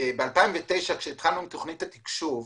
ב-2009, כשהתחלנו עם תכנית התקשוב,